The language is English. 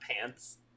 pants